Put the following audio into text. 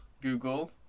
Google